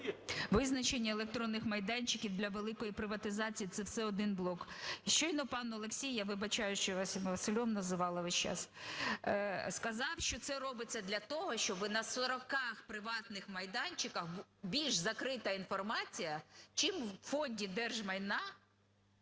Визначення електронних майданчиків для великої приватизації – це все один блок. Щойно пан Олексій, я вибачаюсь, що я вас Василем називала весь час, сказав, що це робиться для того, щоби на 40 приватних майданчиках більш закрита інформація, чим у Фонді держмайна